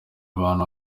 bantu